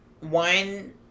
one